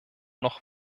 noch